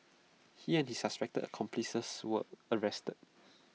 he and his suspected accomplices were arrested